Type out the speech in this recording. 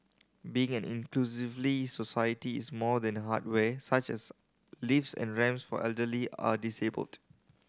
being an inclusively society is more than hardware such as lifts and ramps for elderly are disabled